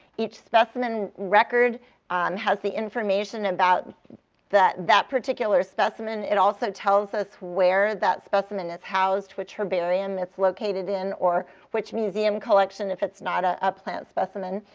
each specimen record has the information about that that particular specimen. it also tells us where that specimen is housed, which herbarium it's located in, or which museum collection if it's not a ah plant specimen.